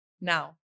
now